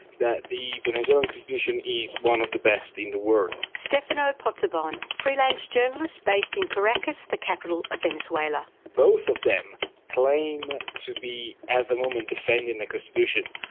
that the venezuelan constitution is one of the best in the world. stefano pozzebon, freelance journalist based in caracas, the capital of venezuela. both of them claim to be at the moment defending the constitution.